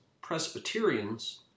Presbyterians